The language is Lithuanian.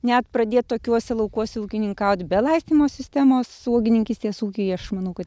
net pradėt tokiuose laukuose ūkininkauti be laistymo sistemos uogininkystės ties ūkyje aš manau kad